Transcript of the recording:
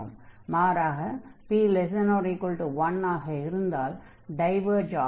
மாறாக p≤1 ஆக இருந்தால் டைவர்ஜ் ஆகும்